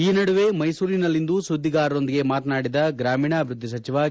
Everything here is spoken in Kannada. ಈ ನಡುವೆ ಮೈಸೂರಿನಲ್ಲಿಂದು ಸುದ್ಲಿಗಾರರೊಂದಿಗೆ ಮಾತನಾಡಿದ ಗ್ರಾಮೀಣಾಭಿವೃದ್ಲಿ ಸಚಿವ ಕೆ